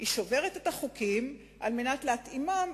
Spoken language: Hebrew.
היא שוברת את החוקים על מנת להתאימם ולומר: